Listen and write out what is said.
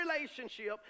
relationship